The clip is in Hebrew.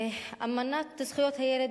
אמנת זכויות הילד,